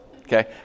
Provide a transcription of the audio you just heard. Okay